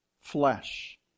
Flesh